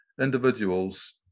individuals